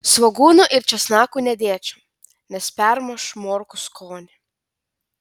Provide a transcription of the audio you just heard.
svogūnų ir česnakų nedėčiau nes permuš morkų skonį